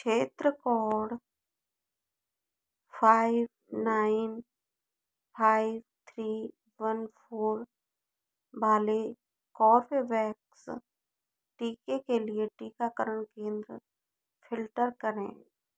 क्षेत्र code five nine five three one four वाले Corbevax टीके के लिए टीकाकरण केंद्र फ़िल्टर करें